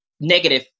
negative